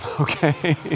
okay